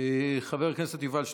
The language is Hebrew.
חבר הכנסת יובל שטייניץ.